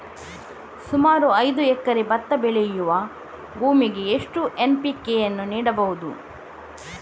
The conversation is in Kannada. ಸುಮಾರು ಐದು ಎಕರೆ ಭತ್ತ ಬೆಳೆಯುವ ಭೂಮಿಗೆ ಎಷ್ಟು ಎನ್.ಪಿ.ಕೆ ಯನ್ನು ನೀಡಬಹುದು?